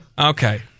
Okay